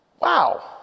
Wow